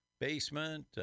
basement